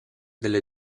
delle